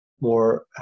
more